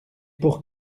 pour